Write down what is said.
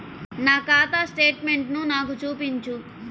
నా ఖాతా స్టేట్మెంట్ను నాకు చూపించు